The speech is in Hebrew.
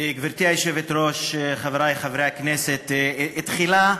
גברתי היושבת-ראש, חברי חברי הכנסת, תחילה,